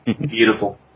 Beautiful